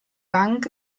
bank